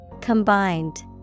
Combined